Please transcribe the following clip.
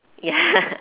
ya